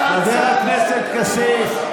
חבר הכנסת כסיף.